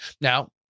Now